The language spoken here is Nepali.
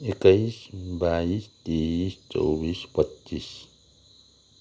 एक्काइस बाइस तेइस चौबिस पच्चिस